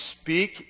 speak